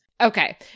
Okay